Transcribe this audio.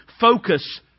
focus